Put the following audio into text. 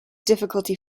difficulty